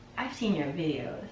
i've seen your videos.